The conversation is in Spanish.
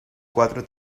cuatro